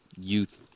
youth